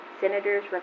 senators